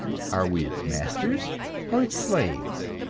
are we its masters or its slaves?